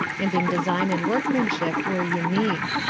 and in design and workmanship were unique.